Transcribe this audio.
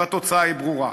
והתוצאה ברורה.